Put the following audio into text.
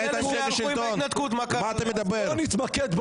על מה אתה מדבר?